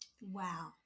Wow